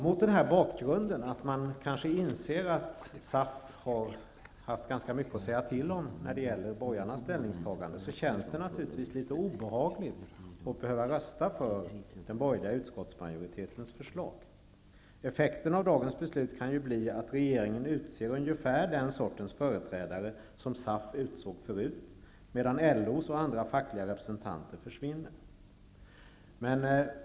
Mot denna bakgrund, att man kanske inser att SAF har haft ganska mycket att säga till om när det gäller borgarnas ställningstagande, känns det litet obehagligt att behöva rösta för den borgerliga utskottsmajoritetens förslag. Effekten av dagens beslut kan bli att regeringen utser ungefär den sorts företrädare som SAF utsåg förut, medan LO:s representanter och andra fackliga representanter försvinner.